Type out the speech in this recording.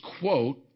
quote